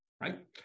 right